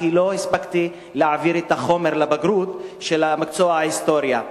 כי לא הספקתי להעביר את החומר לבגרות של מקצוע ההיסטוריה.